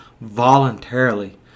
voluntarily